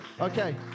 Okay